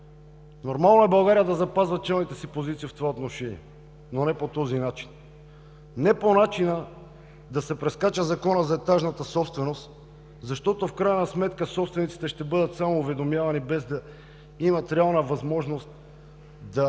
Нормално е България да запазва челните си позиции в това отношение, но не по този начин. Не по начина да се прескача Законът за етажната собственост, защото в крайна сметка собствениците ще бъдат само уведомявани, без да имат реална възможност да